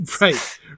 Right